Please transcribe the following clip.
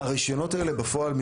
הרישיונות האלה, בפועל,